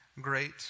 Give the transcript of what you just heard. great